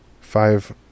five